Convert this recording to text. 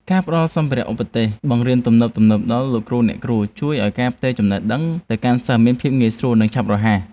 ការផ្តល់សម្ភារៈឧបទេសបង្រៀនទំនើបៗដល់លោកគ្រូអ្នកគ្រូ ជួយឱ្យការផ្ទេរចំណេះដឹងទៅកាន់សិស្សមានភាពងាយស្រួលនិងឆាប់រហ័ស។